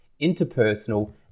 interpersonal